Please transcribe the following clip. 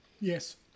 Yes